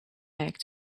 back